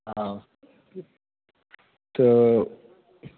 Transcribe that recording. हँ तो